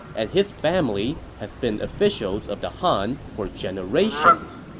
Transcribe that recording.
and his family has been officials of the han for generations.